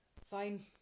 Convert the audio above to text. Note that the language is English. fine